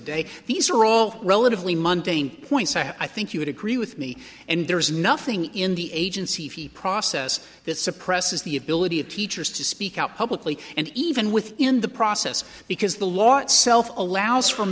day these are all relatively mundane points so i think you would agree with me and there is nothing in the agency process that suppresses the ability of teachers to speak out publicly and even with in the process because the law itself allows f